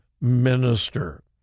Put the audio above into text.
minister